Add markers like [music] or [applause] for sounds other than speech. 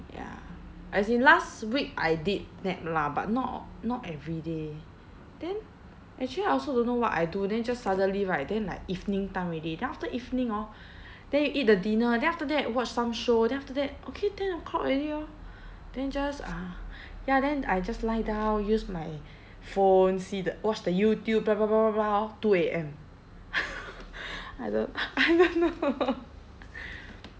ya as in last week I did nap lah but not not every day then actually I also don't know what I do then just suddenly right then like evening time already then after evening hor then you eat the dinner then after that watch some show then after that okay ten o'clock already lor then just ah ya then I just lie down use my phone see the watch the Youtube blah blah blah blah blah hor two A_M [noise] I don't I don't know